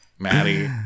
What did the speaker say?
Maddie